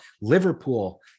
Liverpool